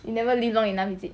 you never live long enough is it